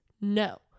No